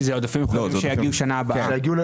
אלה עודפים מיוחדים שיגיעו בשנה הבאה.